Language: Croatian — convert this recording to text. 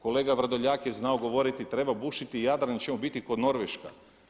Kolega Vrdoljak je znao govoriti treba bušiti Jadran jer ćemo biti ko Norveška.